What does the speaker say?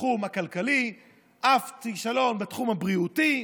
בתחום הכלכלי, אף כישלון בתחום הבריאותי.